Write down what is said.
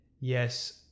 yes